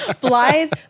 Blythe